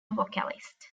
vocalist